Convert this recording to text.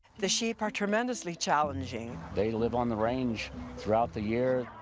the sheep are tremendously challenging. they live on the range throughout the year,